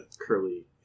curly